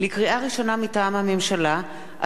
לקריאה ראשונה, מטעם הממשלה: